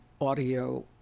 audio